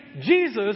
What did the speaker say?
Jesus